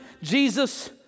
Jesus